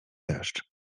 deszcz